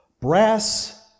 Brass